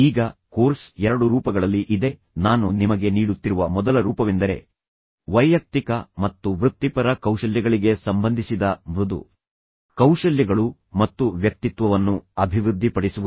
ಈಗ ಕೋರ್ಸ್ ಎರಡು ರೂಪಗಳಲ್ಲಿ ಇದೆ ನಾನು ನಿಮಗೆ ನೀಡುತ್ತಿರುವ ಮೊದಲ ರೂಪವೆಂದರೆ ವೈಯಕ್ತಿಕ ಮತ್ತು ವೃತ್ತಿಪರ ಕೌಶಲ್ಯಗಳಿಗೆ ಸಂಬಂಧಿಸಿದ ಮೃದು ಕೌಶಲ್ಯಗಳು ಮತ್ತು ವ್ಯಕ್ತಿತ್ವವನ್ನು ಅಭಿವೃದ್ಧಿಪಡಿಸುವುದು